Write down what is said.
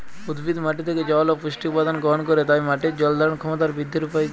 উদ্ভিদ মাটি থেকে জল ও পুষ্টি উপাদান গ্রহণ করে তাই মাটির জল ধারণ ক্ষমতার বৃদ্ধির উপায় কী?